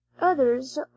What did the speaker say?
others